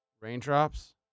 Raindrops